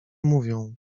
mówią